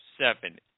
seven